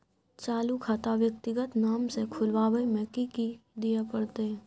चालू खाता व्यक्तिगत नाम से खुलवाबै में कि की दिये परतै?